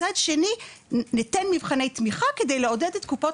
מצד שני ניתן מבחני תמיכה כדי לעודד את קופות